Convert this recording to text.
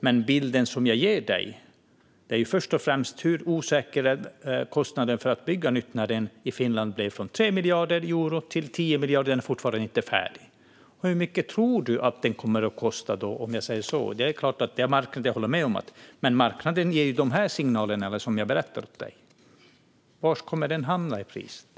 Den bild jag ger dig handlar först och främst om hur osäker kostnaden för att bygga kärnkraft är. I Finland gick kostnaden från 3 miljarder euro till 10 miljarder euro, och den är fortfarande inte färdig. Hur mycket tror du att den kommer att kosta? Jag håller med om att det är en fråga för marknaden, men marknaden ger de signaler som jag berättade om för dig. Var hamnar priset?